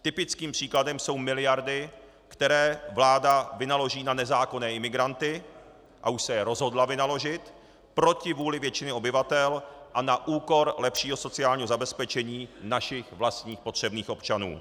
Typickým příkladem jsou miliardy, které vláda vynaloží na nezákonné imigranty, a už se je rozhodla vynaložit, proti vůli většiny obyvatel a na úkor lepšího sociálního zabezpečení našich vlastních potřebných občanů.